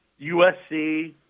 USC